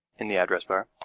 in the address bar,